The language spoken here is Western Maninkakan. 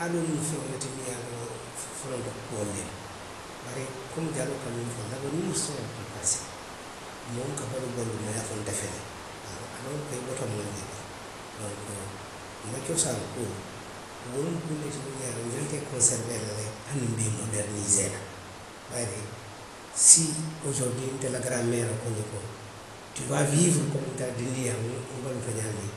Aadoolu mu feŋolu le miŋ ye a loŋ folonto kuolu lemu. Bari komi jaloo ka miŋ fo laweniiri, soori di paasee. moo buka baluu baluunna i ye a fo nte fele. haa. aloori ko i bota moolu le bala donku. nna cosaani kuolu. wolu mu kuulu le ti minnu ye a loŋ ko i ňanta i konseriwee la le hani nbe i modeeriniisee la. Bayiri. sii oosoriduwii nte la garandi meeroo ko nňe ko, ti waa wiiwuri komi nte la dindinyaa mu nbaluuta ňaamiŋ,